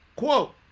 Quote